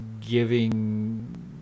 giving